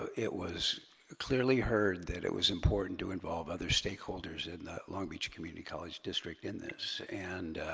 it was clearly heard that it was important to involve other stakeholders in the long beach community college district in this and